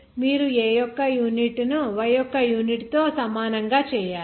మీరు a యొక్క యూనిట్ను y యొక్క యూనిట్తో సమానంగా చేయాలి